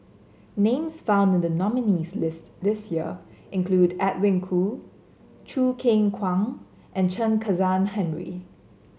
names found in the nominees' list this year include Edwin Koo Choo Keng Kwang and Chen Kezhan Henri